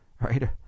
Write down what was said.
Right